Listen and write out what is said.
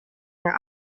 their